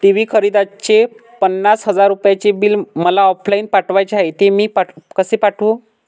TV खरेदीचे पन्नास हजार रुपयांचे बिल मला ऑफलाईन पाठवायचे आहे, ते मी कसे पाठवू?